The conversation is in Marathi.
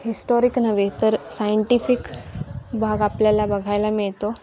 हिस्टॉरिक नव्हे तर सायंटिफिक भाग आपल्याला बघायला मिळतो